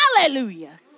hallelujah